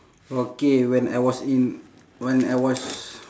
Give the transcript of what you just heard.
okay when I was in when I was